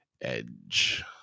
Edge